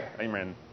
Amen